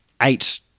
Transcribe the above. eight